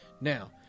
Now